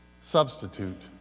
substitute